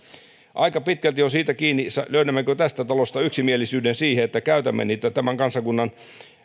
aika paljon on kiinni siitä löydämmekö tästä talosta yksimielisyyden siihen että käytämme niitä tämän kansakunnan